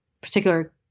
particular